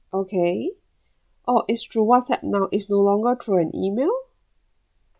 okay oh is through WhatsApp now is no longer through an E-mail